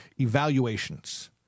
evaluations